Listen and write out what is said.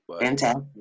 Fantastic